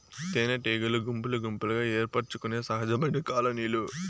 తేనెటీగలు గుంపులు గుంపులుగా ఏర్పరచుకొనే సహజమైన కాలనీలు